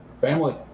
family